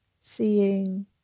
seeing